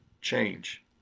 change